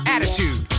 Attitude